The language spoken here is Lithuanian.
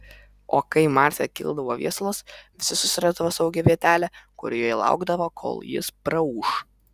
o kai marse kildavo viesulas visi susirasdavo saugią vietelę kurioje laukdavo kol jis praūš